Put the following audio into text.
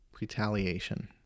Retaliation